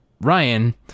Ryan